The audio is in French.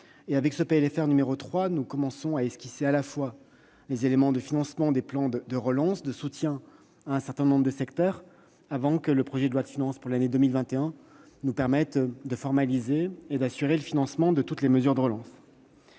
finances rectificative, nous commençons à dévoiler les divers éléments de financement des plans de relance et de soutien à un certain nombre de secteurs, avant que le projet de loi de finances pour 2021 nous permette de formaliser et d'assurer le financement de toutes les mesures de relance.